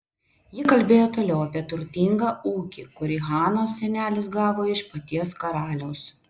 ji kalbėjo toliau apie turtingą ūkį kurį hanos senelis gavo iš paties karaliaus